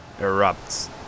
erupts